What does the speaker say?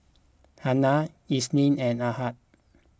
Hana Isnin and Ahad